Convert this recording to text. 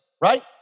right